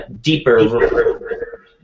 deeper